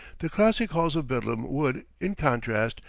the classic halls of bedlam would, in contrast,